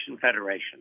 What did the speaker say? Federation